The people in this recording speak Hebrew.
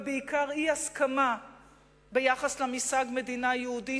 ובעיקר אי-הסכמה ביחס למושג "מדינה יהודית",